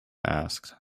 asked